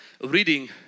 reading